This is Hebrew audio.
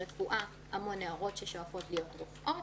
ברפואה המון נערות שואפות להיות רופאות.